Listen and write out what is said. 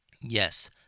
Yes